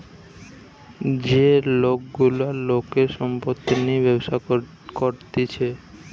যে লোক গুলা লোকের সম্পত্তি নিয়ে ব্যবসা করতিছে